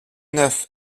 neuf